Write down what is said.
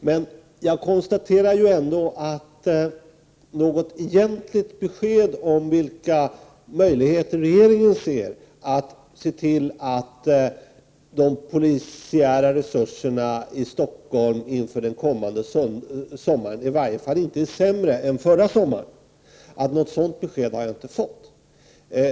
Men jag konstaterar ändå att jag inte har fått något egentligt besked om vilka möjligheter regeringen bedömer att det finns att se till att de polisiära resurserna i Stockholm inför den kommande sommaren i varje fall inte är sämre än förra sommaren.